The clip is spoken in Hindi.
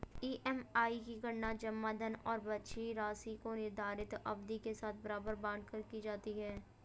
ई.एम.आई की गणना जमा धन और बची राशि को निर्धारित अवधि के साथ बराबर बाँट कर की जाती है